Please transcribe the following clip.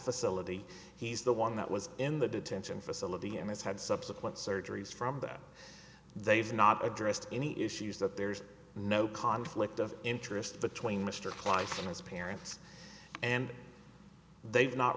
facility he's the one that was in the detention facility and has had subsequent surgeries from that they've not addressed any issues that there's no conflict of interest between mr weiss and his parents and they've not